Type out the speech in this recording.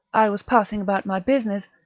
i was passing about my business,